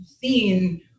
seen